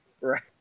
Right